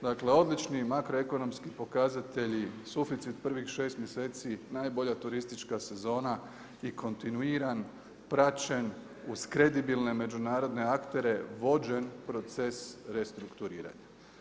Dakle odlični makroekonomski pokazatelji, suficit privih šest mjeseci, najbolja turistička sezona i kontinuiran, praćen uz kredibilne međunarodne aktere vođen proces restrukturiranja.